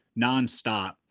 nonstop